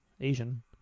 Asian